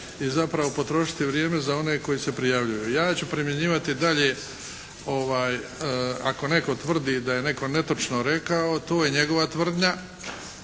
i zapravo potrošiti vrijeme za one koji se prijavljuju. Ja ću primjenjivati i dalje ako netko tvrdi da je netko netočno rekao, to je njegova tvrdnja.